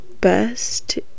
best